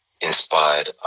inspired